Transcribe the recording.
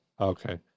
Okay